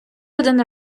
один